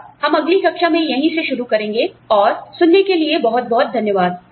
और हम अगली कक्षा में यहीं से शुरू करेंगे और सुनने के लिए बहुत बहुत धन्यवाद